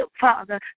Father